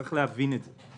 צריך להבין את זה.